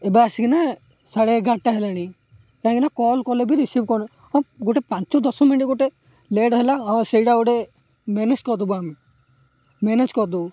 ଏବେ ଆସିକିନା ସାଢ଼େ ଏଗାର୍ଟା ହେଲାଣି କାହିଁକି ନା କଲ୍ କଲେ ବି ରିସିଭ୍ କନ ହଁ ଗୋଟେ ପାଞ୍ଚ ଦଶ ମିନିଟ୍ ଗୋଟେ ଲେଟ୍ ହେଲା ହଁ ସେଇଟା ଗୋଟେ ମ୍ୟାନେଜ୍ କରିଦେବୁ ଆମେ ମ୍ୟାନେଜ୍ କରିଦେବୁ